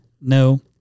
No